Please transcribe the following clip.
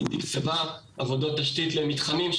היא תקצבה עבודות תשתית למתחמים,